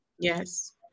yes